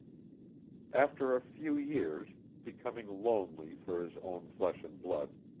after a few years, becoming lonely for his own flesh and blood,